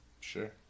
Sure